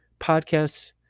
podcasts